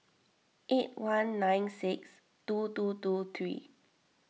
eight one nine six two two two three